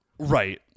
Right